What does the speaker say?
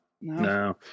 No